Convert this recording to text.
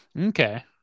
Okay